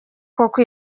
koko